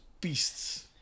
beasts